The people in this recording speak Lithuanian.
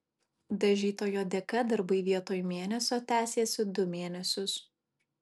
dažytojo dėka darbai vietoj mėnesio tęsėsi du mėnesius